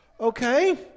okay